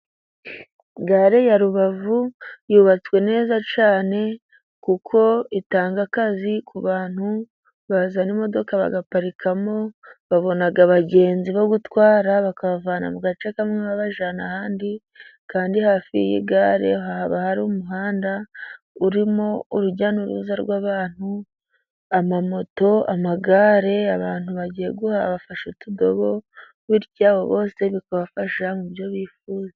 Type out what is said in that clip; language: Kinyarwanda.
Gare ya Rubavu yubatswe neza cyane kuko itanga akazi ku bantu bazana imodoka bagaparikamo babona abagenzi bo gutwara bakabavana mu gace kamwe bajyana ahandi, kandi hafi y'iyi gare haba hari umuhanda urimo urujya n'uruza rw'abantu, amamoto, amagare. Abantu bagiye guha bafasha utudobo bityo abo bose bikabafasha mubyo bifuza.